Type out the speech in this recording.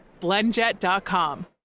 Blendjet.com